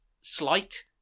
slight